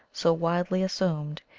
so widely assumed,